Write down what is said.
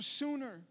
sooner